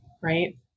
right